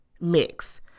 mix